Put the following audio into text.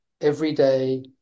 everyday